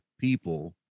people